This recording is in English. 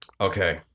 Okay